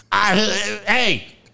Hey